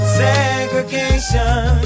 segregation